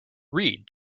read